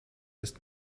ist